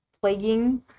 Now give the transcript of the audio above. plaguing